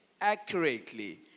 Accurately